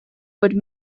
would